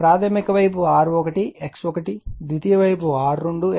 ప్రాధమిక వైపు R1 X1 ద్వితీయ వైపు R2 X2